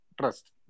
trust